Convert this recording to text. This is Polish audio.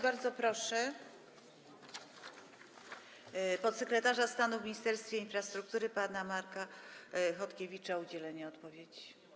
Bardzo proszę podsekretarza stanu w Ministerstwie Infrastruktury pana Marka Chodkiewicza o udzielenie odpowiedzi.